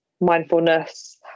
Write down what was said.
mindfulness